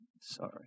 Sorry